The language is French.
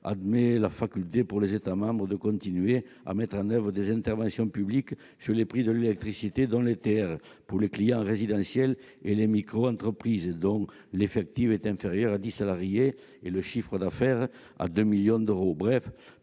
admet la faculté, pour les États membres, de continuer à mettre en oeuvre des interventions publiques sur les prix de l'électricité pour les clients résidentiels et les microentreprises dont l'effectif est inférieur à dix salariés et le chiffre d'affaires au-dessous de 2 millions d'euros.